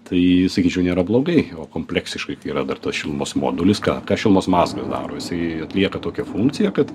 tai sakyčiau nėra blogai o kompleksiškai kai yra dar tas šilumos modulis ką ką šilumos mazgas daro jisai atlieka tokią funkciją kad